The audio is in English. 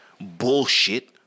bullshit